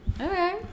Okay